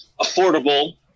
affordable